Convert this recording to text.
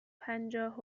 پنجاه